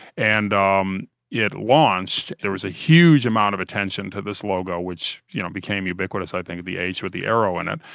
and um it launched. there was a huge amount of attention to this logo, which, you know became ubiquitous i think the h with the arrow in it.